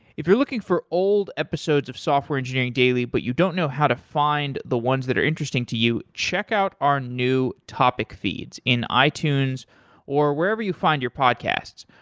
if you're looking for old episodes of software engineering daily but you don't know how to find the ones that are interesting to you, check out our new topic feeds in itunes or wherever you find your podcasts.